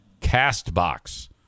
CastBox